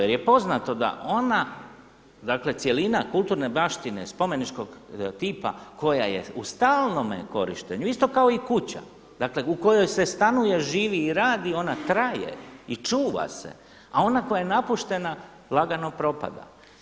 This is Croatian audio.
Jer je poznato da ona dakle cjelina kulturne baštine, spomeničkog tipa koja je u stalnome korištenju, isto kao i kuća dakle u kojoj se stanuje, živi i radi, ona traje i čuva se a ona koja je napuštena lagano propada.